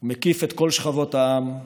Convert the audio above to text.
הוא מקיף את כל שכבות העם,